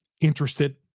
interested